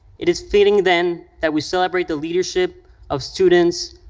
it is fitting, then, that we celebrate the leadership of students,